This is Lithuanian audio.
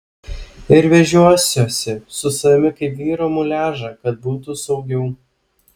ir vežiosiuosi su savimi kaip vyro muliažą kad būtų saugiau